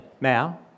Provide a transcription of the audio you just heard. now